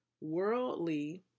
worldly